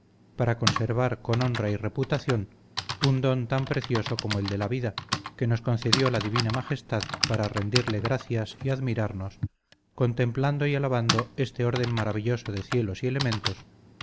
para conservar con honra y reputación un don tan precioso como el de la vida que nos concedió la divina majestad para rendirle gracias y admirarnos contemplando y alabando este orden maravilloso de cielos y elementos